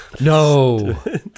No